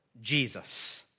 Jesus